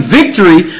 victory